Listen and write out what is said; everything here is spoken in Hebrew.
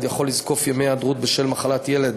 יכול לזקוף ימי היעדרות בשל מחלת ילד